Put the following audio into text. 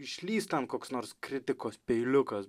išlįs ten koks nors kritikos peiliukas